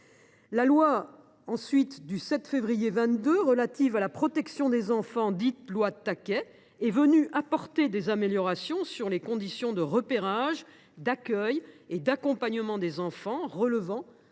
la loi du 7 février 2022 relative à la protection des enfants, dite loi Taquet, est venue apporter des améliorations sur les conditions de repérage, d’accueil et d’accompagnement des enfants relevant de la protection de l’enfance.